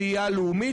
בראייה לאומית.